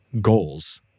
goals